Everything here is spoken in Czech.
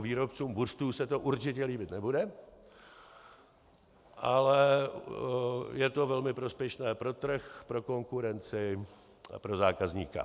Výrobcům buřtů se to určitě líbit nebude, ale je to velmi prospěšné pro trh, pro konkurenci, pro zákazníka.